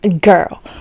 girl